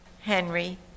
Henry